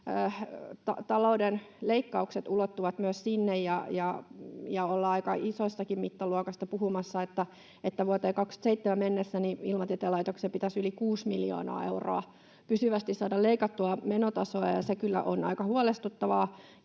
talouden leikkaukset ulottuvat myös sinne ja ollaan aika isoistakin mittaluokista puhumassa niin, että vuoteen 27 mennessä Ilmatieteen laitoksen pitäisi yli 6 miljoonaa euroa pysyvästi saada leikattua menotasoa. Se kyllä on aika huolestuttavaa,